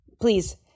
Please